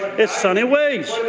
that's sunny ways.